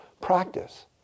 practice